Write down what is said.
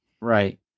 Right